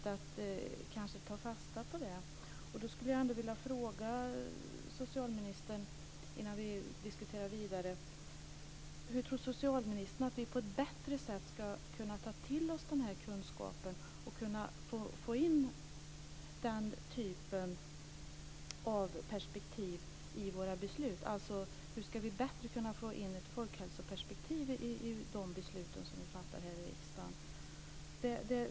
Det är kanske viktigt att ta fasta på det. Hur tror socialministern att vi på ett bättre sätt kan ta till oss den här kunskapen och få in den här typen av perspektiv i våra beslut? Hur kan vi alltså bättre få in ett folkhälsoperspektiv i de beslut som vi fattar här i riksdagen?